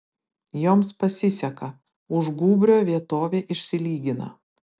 joms pasiseka už gūbrio vietovė išsilygina